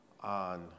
on